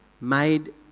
made